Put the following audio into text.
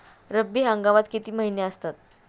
रब्बी हंगामात किती महिने असतात?